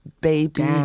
baby